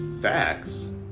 Facts